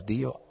Dio